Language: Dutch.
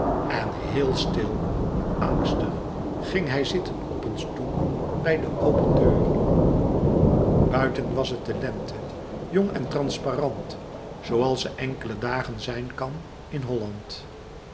en heel stil angstig ging hij zitten op een stoel bij de open deur biten was het de lente jong en transparant zooals ze enkele dagen zijn kan in holland